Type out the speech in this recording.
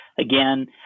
again